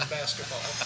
basketball